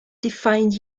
defined